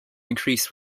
increase